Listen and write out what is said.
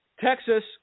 Texas